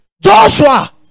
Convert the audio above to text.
Joshua